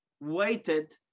Waited